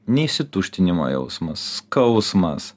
neišsituštinimo jausmas skausmas